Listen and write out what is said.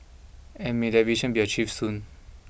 and may that vision be achieved soon